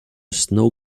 snow